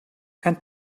and